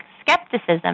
skepticism